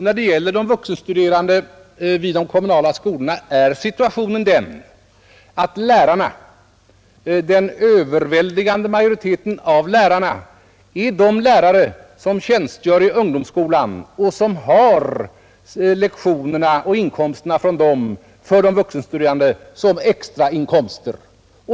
När det gäller de vuxenstuderande vid de kommunala skolorna är situationen den att den överväldigande majoriteten av lärarna tjänstgör i ungdomsskolan och har lektionerna för de vuxenstuderande för att få extra inkomster.